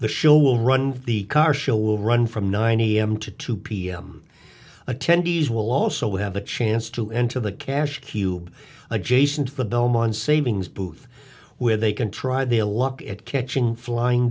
the show will run the car show will run from nine am to two pm attendees will also have a chance to enter the cash cube adjacent to the belmont savings booth where they can try their luck at catching flying